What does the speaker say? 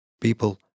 People